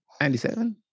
97